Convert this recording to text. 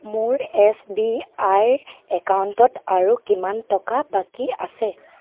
মোৰ S B I ৰ একাউণ্টত আৰু কিমান টকা বাকী আছে